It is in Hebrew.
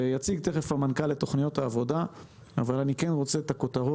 תכף המנכ"ל יציג את תכניות העבודה אבל אני כן רוצה לומר את הכותרות.